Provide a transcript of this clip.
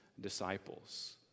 disciples